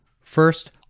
First